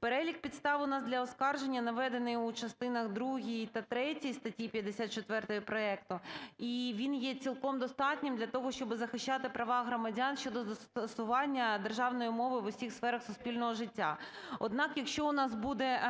Перелік підстав у нас для оскарження наведений у частинах другій та третій статті 54 проекту, і він є цілком достатнім для того, щоб захищати права громадян щодо застосування державної мови в усіх сферах суспільного життя. Однак, якщо у нас буде